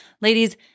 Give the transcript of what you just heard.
Ladies